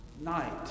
night